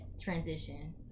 transition